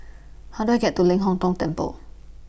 How Do I get to Ling Hong Tong Temple